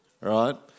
right